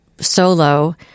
Solo